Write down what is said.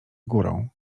górą